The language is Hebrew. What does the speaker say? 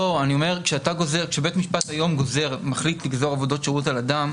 אני אומר שכאשר בית המשפט היום מחליט לגזור עבודות שירות על אדם,